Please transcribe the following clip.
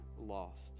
lost